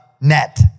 net